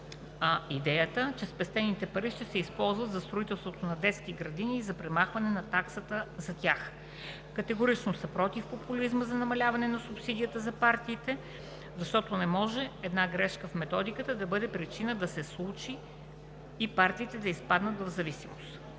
идеята, че спестените пари ще се използват за строителството на детски градини и за премахване на таксата за тях. Категорично са „против“ популизма за намаляване на субсидията за партиите, защото не може една грешка в методиката да бъде причината да се случи и партиите да изпаднат в зависимост.